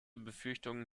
befürchtungen